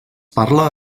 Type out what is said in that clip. parla